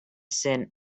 sin